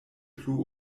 plu